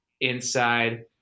inside –